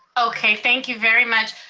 okay, thank you very much.